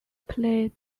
played